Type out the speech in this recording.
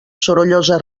sorollosa